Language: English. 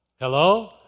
Hello